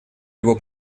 его